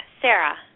Sarah